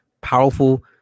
powerful